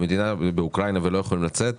באוקראינה ולא יכולים לצאת?